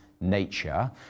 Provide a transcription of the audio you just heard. nature